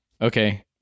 Okay